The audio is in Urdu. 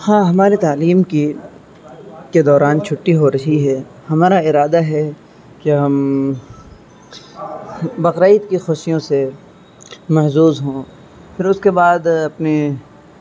ہاں ہماری تعلیم کی کے دوران چھٹی ہو رہی ہے ہمارا ارادہ ہے کہ ہم بقرعید کی خوشیوں سے محظوظ ہوں پھر اس کے بعد اپنی